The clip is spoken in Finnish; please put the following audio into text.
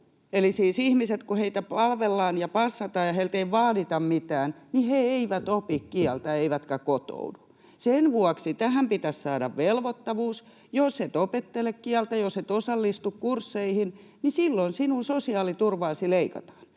siis ihmiset, kun heitä palvellaan ja passataan ja heiltä ei vaadita mitään, eivät opi kieltä eivätkä kotoudu. Sen vuoksi tähän pitäisi saada velvoittavuus: jos et opettele kieltä ja jos et osallistu kursseihin, niin silloin sinun sosiaaliturvaasi leikataan.